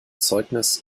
zeugnis